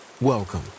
welcome